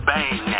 Bang